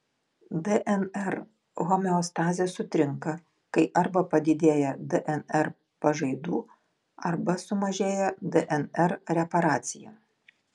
dnr homeostazė sutrinka kai arba padidėja dnr pažaidų arba sumažėja dnr reparacija